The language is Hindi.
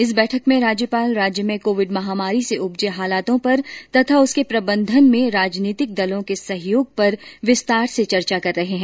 इस बैठक में राज्यपाल राज्य में कोविड महामारी से उपजे हालातों पर तथा उसके प्रबंधन में राजनीतिक दलों के सहयोग पर विस्तार से चर्चा कर रहे हैं